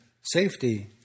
safety